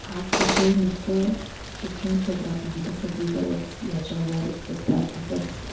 हा विषय नुसतं शिक्षण क्षेत्रात नाही तर सगळीकडेच ह्याच्यावर सध्या खूपच